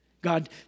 God